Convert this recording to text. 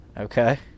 okay